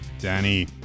Danny